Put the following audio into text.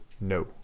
No